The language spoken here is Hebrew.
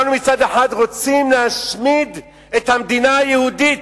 אנחנו מצד אחד רוצים להשמיד את המדינה היהודית.